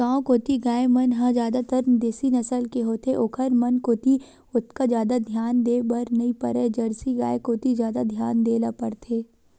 गांव कोती गाय मन ह जादातर देसी नसल के होथे ओखर मन कोती ओतका जादा धियान देय बर नइ परय जरसी गाय कोती जादा धियान देय ल परथे